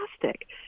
fantastic